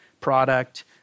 product